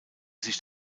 sich